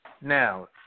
Now